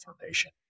information